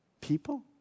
people